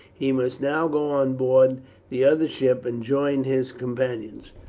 he must now go on board the other ship and join his companions,